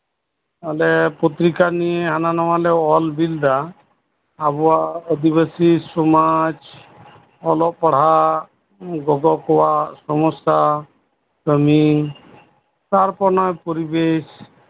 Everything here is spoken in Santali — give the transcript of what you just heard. ᱚᱱᱰᱮ ᱟᱞᱮ ᱯᱚᱛᱨᱤᱠᱟ ᱱᱤᱭᱮ ᱦᱟᱱᱟ ᱱᱟᱣᱟ ᱞᱮ ᱚᱞ ᱵᱤᱞ ᱮᱫᱟ ᱟᱵᱚᱣᱟᱜ ᱟᱹᱫᱤᱵᱟᱹᱥᱤ ᱥᱚᱢᱟᱡᱽ ᱚᱞᱚᱜ ᱯᱟᱲᱦᱟᱜ ᱜᱚᱜᱚ ᱠᱚᱣᱟᱜ ᱥᱚᱢᱚᱥᱥᱟ ᱠᱟᱹᱢᱤ ᱛᱟᱨᱯᱚᱨ ᱱᱚᱣᱟ ᱯᱚᱨᱤᱵᱮᱥ